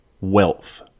wealth